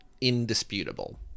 indisputable